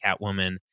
Catwoman